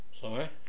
Sorry